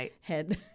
head